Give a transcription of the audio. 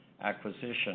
acquisition